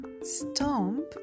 Stomp